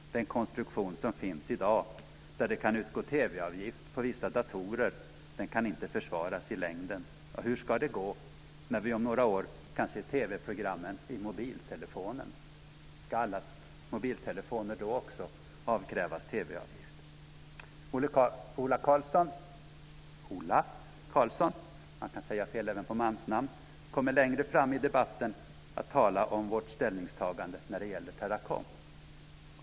Den konstruktion som finns i dag, där det kan utgå TV avgift på vissa datorer, kan inte försvaras i längden. Hur ska det gå när vi om några år kan se TV-program i mobiltelefonen? Ska alla med mobiltelefoner då avkrävas TV-avgift också för telefonen? Ola Karlsson kommer längre fram i debatten att tala om vårt ställningstagande när det gäller Teracom.